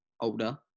older